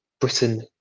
Britain